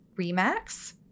Remax